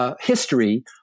history